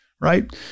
right